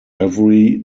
every